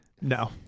No